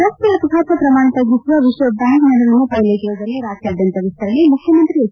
ರಸ್ತೆ ಅಪಘಾತ ಪ್ರಮಾಣ ತಗ್ಗಿಸುವ ವಿಶ್ವ ಬ್ಯಾಂಕ್ ನೆರವಿನ ಪೈಲೆಟ್ ಯೋಜನೆ ರಾಜ್ಯಾದ್ಯಂತ ವಿಸ್ತರಣೆ ಮುಖ್ಯಮಂತ್ರಿ ಹೆಚ್